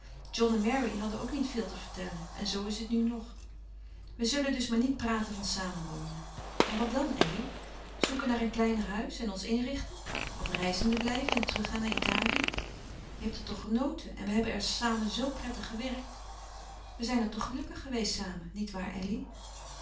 en mary hadden ook niet veel te vertellen en zoo is het nu nog we zullen dus maar niet praten van samenwonen maar wat dan elly zoeken naar een kleiner huis en ons inrichten of reizende blijven en teruggaan naar italië je hebt er toch genoten en we hebben er samen zoo prettig gewerkt we zijn er toch gelukkig geweest samen niet waar elly